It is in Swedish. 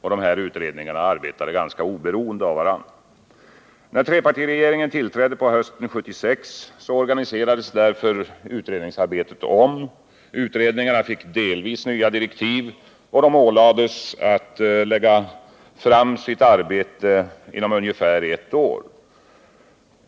Dessa arbetade ganska oberoende av varandra. När trepartiregeringen tillträdde på hösten 1976 organiserades därför utredningsarbetet om, utredningarna fick delvis nya direktiv, och de ålades att lägga fram resultatet av sitt arbete inom ungefär ett år.